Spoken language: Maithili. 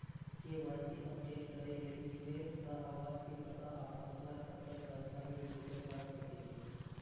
के.वाई.सी अपडेट करै लेल ईमेल सं आवासीय पता आ पहचान पत्रक दस्तावेज भेजल जा सकैए